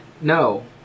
No